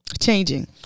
changing